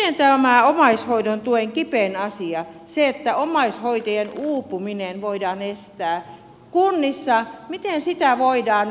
miten tätä omaishoidon tuen kipeintä asiaa voidaan nyt hoitaa miten omaishoitajien uupuminen voidaan estää kunnissa